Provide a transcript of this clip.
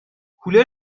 کولر